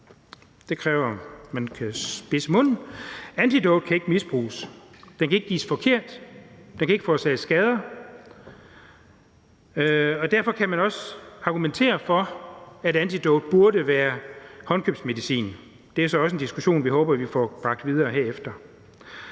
der sker på grund af opioider. Antidot kan ikke misbruges. Den kan ikke gives forkert, den kan ikke forårsage skader, og derfor kan man også argumentere for, at antidot burde være håndkøbsmedicin. Det er så også en diskussion, vi håber vi får bragt videre herefter.